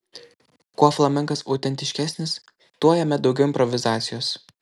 kuo flamenkas autentiškesnis tuo jame daugiau improvizacijos